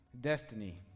destiny